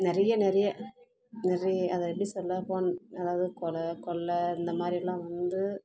நிறைய நிறைய நிறைய அதை எப்படி சொல்லப்போன் அதாவது கொலை கொள்ளை இந்த மாதிரிலாம் வந்து